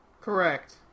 correct